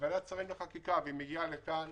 בוועדת שרים לחקיקה והיא מגיעה לכאן.